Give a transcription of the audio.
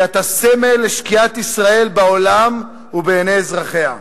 כי אתה סמל לשקיעת ישראל בעולם ובעיני אזרחיה.